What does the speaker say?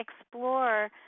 explore